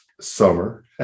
Summer